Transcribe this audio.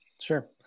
Sure